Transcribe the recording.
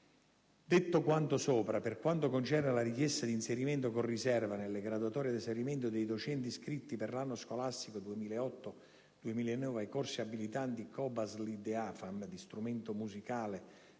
Detto quanto sopra, per quanto concerne la richiesta di inserimento con riserva nelle graduatorie ad esaurimento dei docenti iscritti per l'anno scolastico 2008-2009 ai corsi abilitanti COBASLID, AFAM di strumento musicale